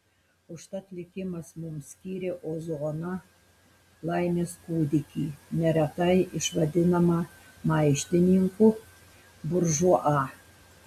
užtat likimas mums skyrė ozoną laimės kūdikį neretai išvadinamą maištininku buržua